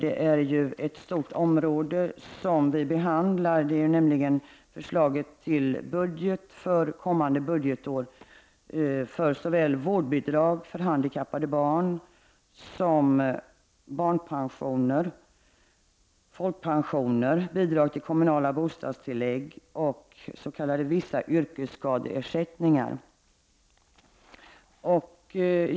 Det är ett stort område som vi nu behandlar: förslaget till budget för kommande budgetår, vårdbidrag för handikappade barn, barnpensioner, folkpensioner, bidrag till kommunala bostadstillägg till folkpension och vissa yrkesskadeersättningar.